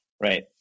right